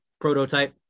prototype